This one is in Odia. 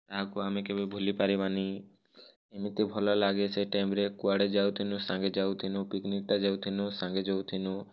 ୟାକୁ ଆମେ କେବେ ଭୁଲି ପାରିବାନି ଏମିତି ଭଲ ଲାଗେ ସେ ଟାଇମ୍ରେ କୁଆଡ଼େ ଯାଉ ଥିଲୁଁ ସାଙ୍ଗେ ଯାଉଁ ଥିଲୁଁ ପିକ୍ନିକ୍ଟା ଯାଉଁ ଥିଲୁଁ ସାଙ୍ଗେ ଯାଉଁ ଥିଲୁଁ